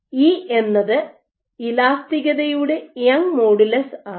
E എന്നത് ഇലാസ്തികതയുടെ Young modulus Young's modulus ആണ്